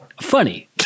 funny